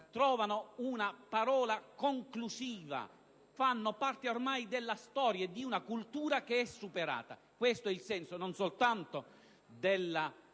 trovino una parola conclusiva e facciano parte ormai della storia e di una cultura che è superata. Questo è il senso, non soltanto